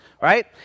right